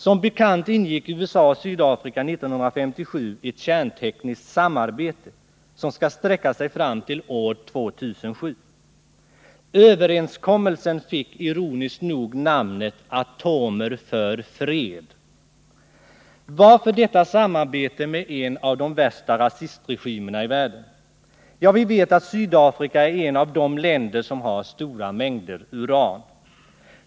Som bekant ingick USA och Sydafrika 1957 ett kärntekniskt samarbete som skall sträcka sig fram till år 2007. Överenskommelsen fick ironiskt nog namnet Atomer för fred. Varför detta samarbete med en av de värsta rasistregimerna i världen? Ja, vi vet ju att Sydafrika är ett av de länder som har stora mängder uran.